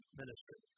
ministry